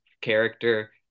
character